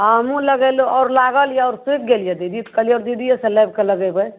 आमो लगेलहुॅं आओर लागल यऽ आओर सुखि गेल यऽ दीदी तऽ कहलियै दीदीये सँ लाबि कऽ लगेबै